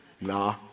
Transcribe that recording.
Nah